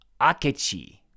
Akechi